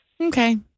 Okay